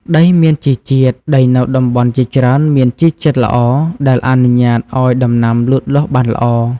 ដីមានជីជាតិ ដីនៅតំបន់ជាច្រើនមានជីជាតិល្អ ដែលអនុញ្ញាតឲ្យដំណាំលូតលាស់បានល្អ។